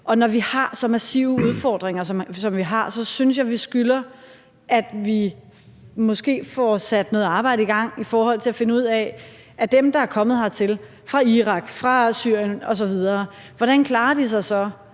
Og når vi har så massive udfordringer, som vi har, så synes jeg, vi skylder, at vi måske får sat noget arbejde i gang i forhold til at finde ud af, hvordan dem, der er kommet hertil fra Irak, fra Syrien osv., så klarer sig,